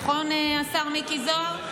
נכון, השר מיקי זוהר?